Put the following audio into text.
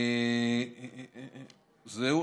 זהו,